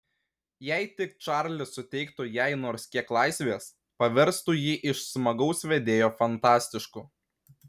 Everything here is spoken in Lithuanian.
jei tik čarlis suteiktų jai nors kiek laisvės paverstų jį iš smagaus vedėjo fantastišku